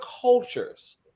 cultures